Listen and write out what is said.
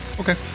Okay